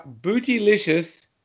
Bootylicious